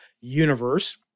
universe